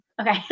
Okay